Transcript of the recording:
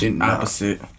Opposite